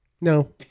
No